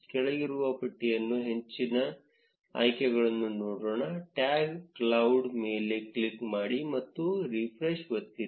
ಕೆಳಗಿರುವ ಪಟ್ಟಿಯಲ್ಲಿ ಹೆಚ್ಚಿನ ಆಯ್ಕೆಗಳನ್ನು ನೋಡೋಣ ಟ್ಯಾಗ್ ಕ್ಲೌಡ್ ಮೇಲೆ ಕ್ಲಿಕ್ ಮಾಡಿ ಮತ್ತು ರಿಫ್ರೆಶ್ ಒತ್ತಿರಿ